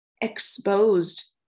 exposed